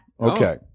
Okay